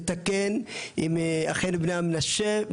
לתקן עם בני המנשה.